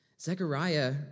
Zechariah